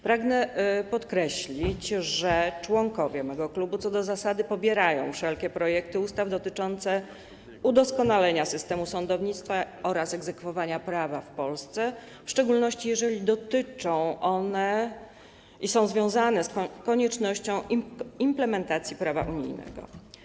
Pragnę podkreślić, że członkowie mojego klubu co do zasady popierają wszelkie projekty ustaw dotyczące udoskonalenia systemu sądownictwa oraz egzekwowania prawa w Polsce, w szczególności jeżeli są one związane z koniecznością implementacji prawa unijnego.